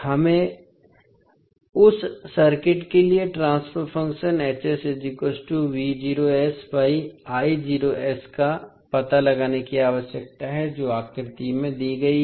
हमें उस सर्किट के लिए ट्रांसफर फ़ंक्शन का पता लगाने की आवश्यकता है जो आकृति में दी गई है